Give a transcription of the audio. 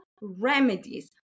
remedies